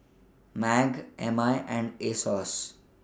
MAG M I and Asos